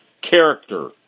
character